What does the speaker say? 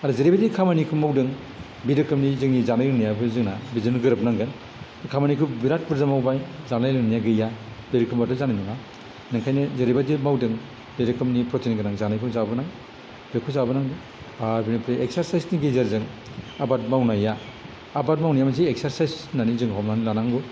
आरो जेरैबायदि खामानिखौ मावदों बे रोखोमनि जोंनि जानाय लोंनायाबो जोंना बिदिनो गोरोबनांगोन खामानिखौ बिरात बुरजा मावबाय जानाय लोंनाया गैया बे रोखोमबाथ' जानाय नङा नंखायनो जेरैबायदि मावदों बे रोखोमनि प्रटिनगोनां जानायखौ जाबोनाय बेखौ जाबोनांगोन आरो बेनिफ्राय एक्सारसाइसनि गेजेरजों आबाद मावनाया आबाद मावनाया मोनसे एक्सारसाइस होननानै जों हमनानै लानांगौ